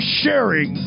sharing